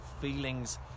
feelings